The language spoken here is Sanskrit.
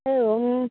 एवं